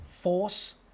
force